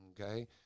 Okay